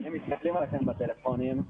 בטלפונים.